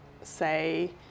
say